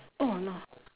oh no